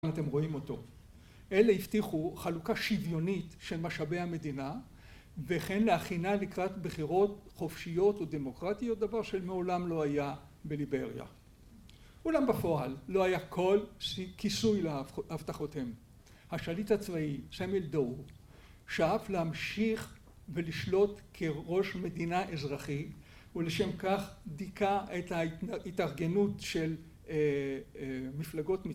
אתם רואים אותו. אלה הבטיחו חלוקה שוויונית של משאבי המדינה, וכן להכינה לקראת בחירות חופשיות ודמוקרטיות, דבר שמעולם לא היה בליבריה. אולם בפועל, לא היה כל כיסוי להבטחותיהם. השליט הצבאי, סמואל דו, שאף להמשיך ולשלוט כראש מדינה אזרחי ולשם כך דיכא את ההתארגנות של מפלגות...